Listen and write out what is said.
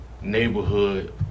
neighborhood